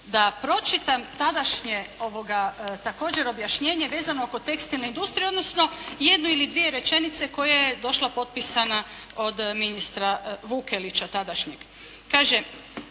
da pročitam tadašnje također objašnjenje vezano oko tekstilne industrije, odnosno jednu ili dvije rečenice koja je došla potpisana od ministra Vukelića, tadašnjeg. Kaže,